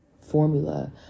formula